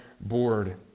board